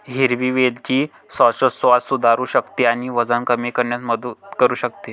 हिरवी वेलची श्वासोच्छवास सुधारू शकते आणि वजन कमी करण्यास मदत करू शकते